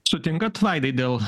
sutinkat vaidai dėl